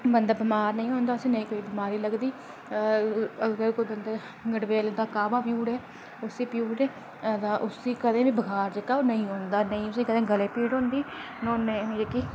बंदा बिमार नेईं होंदा उसी कोई बिमारी नेईं लगदी अगर कोई बंदा गडबेल दा काबा पी ओड़ै तां उसी कदें बखार जेह्का नेईं होंदा नेईं उसी कदें गले गी पीड़ होंदी नेईं जेह्की